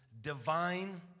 divine